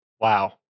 Wow